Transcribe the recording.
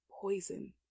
poison